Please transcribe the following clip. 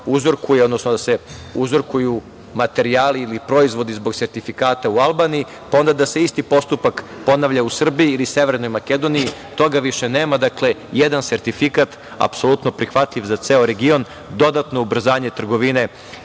uzorkuje, odnosno da se uzorkuju materijali ili proizvodi zbog sertifikata u Albaniji, pa onda da se isti postupak ponavlja u Srbiji, ili Severnoj Makedoniji. Dakle, toga više nema. Jedan sertifikat, apsolutno prihvatljiv za ceo region, dodatno ubrzanje trgovine,